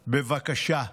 בבקשה,